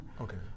Okay